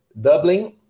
dublin